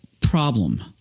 problem